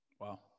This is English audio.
Wow